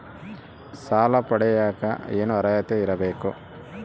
ಸಾಲ ಪಡಿಯಕ ಏನು ಅರ್ಹತೆ ಇರಬೇಕು?